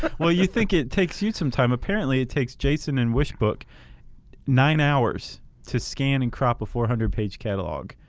well you think it take you some time apparently it takes jason and wishbook nine hours to scan and crop a four hundred page catalog.